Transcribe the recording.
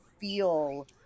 feel